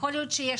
יכול להיות שיש